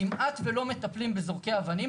כמעט ולא מטפלים בזורקי אבנים,